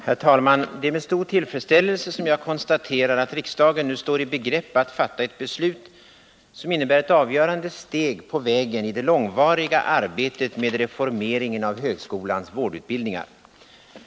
Herr talman! Det är med stor tillfredsställelse som jag konstaterar att riksdagen nu står i begrepp att fatta ett beslut som innebär ett avgörande steg på vägen i det långvariga arbetet med reformeringen av högskolans vårdutbildningar.